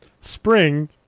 Spring